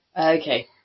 Okay